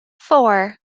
four